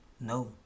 No